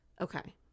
Okay